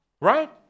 Right